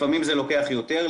לפעמים זה לוקח יותר,